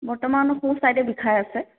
বৰ্তমান সোঁ চাইদে বিষাই আছে